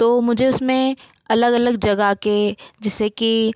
तो मुझे उसमें अलग अलग जगह के जैसे कि